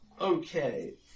Okay